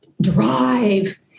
drive